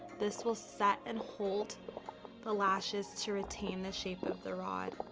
this will set and hold the lashes to retain the shape of the rod,